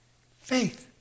Faith